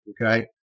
okay